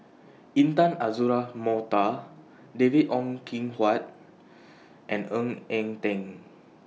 Intan Azura Mokhtar David Ong Kim Huat and Ng Eng Teng